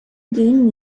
gain